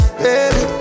baby